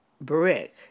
brick